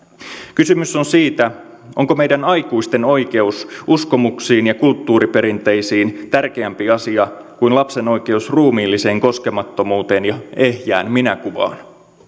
kysymys on siitä onko meidän aikuisten oikeus uskomuksiin ja kulttuuriperinteisiin tärkeämpi asia kuin lapsen oikeus ruumiilliseen koskemattomuuteen ja ehjään minäkuvaan